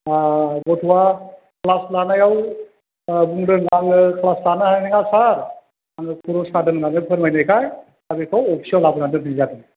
गथ'आ क्लास लानायाव बुंदों आङो क्लास लानो हानाय नङा सार आङो खर' सादों होननानै फोरमायनायखाय आं बेखौ अफिसाव लाबोनानै दोननाय जादों